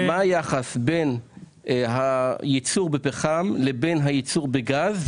מה היחס בין הייצור בפחם לבין הייצור בגז,